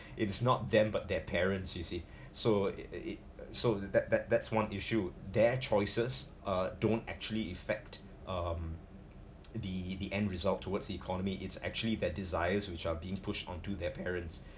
it is not them but their parents do you see so it it so that that that's one issue their choices uh don't actually effect um the the end result towards the economy it's actually their desires which shall being pushed onto their parents